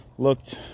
looked